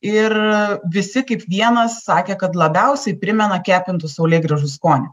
ir visi kaip vienas sakė kad labiausiai primena kepintų saulėgrąžų skonį